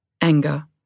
anger